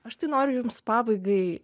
aš tai noriu jums pabaigai